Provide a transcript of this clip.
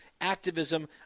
activism